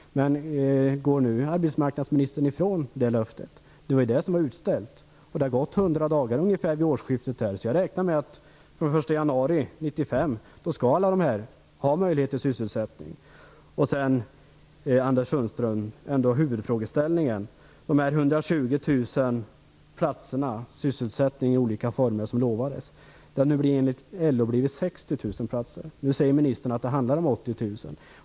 Tänker arbetsmarknadsministern gå ifrån det löftet? Det är utställt. Vid årsskiftet har det gått ungefär hundra dagar. Jag räknar med att från den 1 januari 1995 skall alla dessa personer ha möjlighet till sysselsättning. Huvudfrågeställningen, Anders Sundström, gäller de 120 000 platser för sysselsättning i olika former som har utlovats. Enligt LO har det blivit 60 000 platser. Nu säger ministern att det handlar om 80 000.